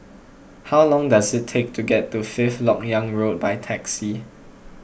how long does it take to get to Fifth Lok Yang Road by taxi